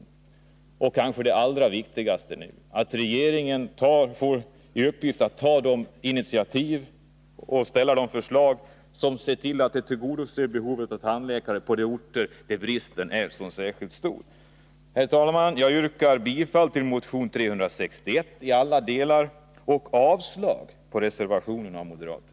Därtill vill vpk — och det är kanske det allra viktigaste — att regeringen får i uppgift att ta de initiativ och ställa de förslag som behövs för att tillgodose behovet av tandläkare på de orter där bristen är särskilt stor. Herr talman! Jag yrkar bifall till motion 361 i alla delar och avslag på moderaternas reservation.